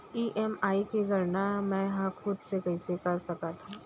EMI के गड़ना मैं हा खुद से कइसे कर सकत हव?